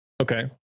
okay